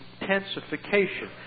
intensification